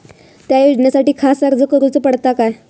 त्या योजनासाठी खास अर्ज करूचो पडता काय?